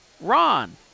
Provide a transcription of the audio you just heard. Ron